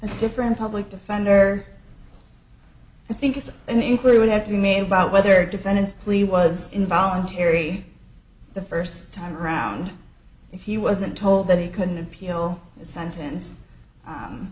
a different public defender i think it's an inquiry would have to be made about whether defendant plea was involuntary the first time around if he wasn't told that he couldn't appeal the sentence